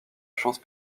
chance